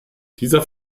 dieser